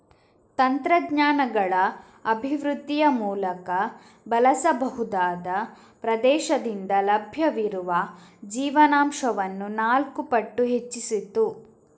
ತಂತ್ರಜ್ಞಾನಗಳ ಅಭಿವೃದ್ಧಿಯ ಮೂಲಕ ಬಳಸಬಹುದಾದ ಪ್ರದೇಶದಿಂದ ಲಭ್ಯವಿರುವ ಜೀವನಾಂಶವನ್ನು ನಾಲ್ಕು ಪಟ್ಟು ಹೆಚ್ಚಿಸಿತು